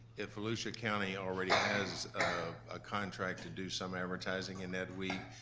if volusia county already has a contract to do some advertising in ed week,